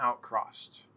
outcrossed